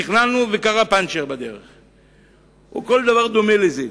תכננו להגיע וקרה פנצ'ר בדרך או דבר דומה לזה.